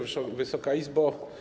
Wysoka Izbo!